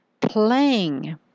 playing